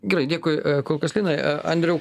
gerai dėkui kol kas linai a andriau